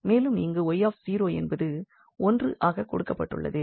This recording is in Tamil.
மேலும் இங்கு 𝑦 என்பது 1 ஆகக் கொடுக்கப்பட்டுள்ளது